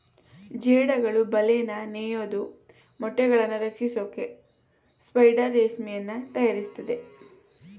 ಜೇಡಗಳು ಬಲೆನ ನೇಯೋದು ಮೊಟ್ಟೆಗಳನ್ನು ರಕ್ಷಿಸೋಕೆ ಸ್ಪೈಡರ್ ರೇಷ್ಮೆಯನ್ನು ತಯಾರಿಸ್ತದೆ